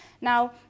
Now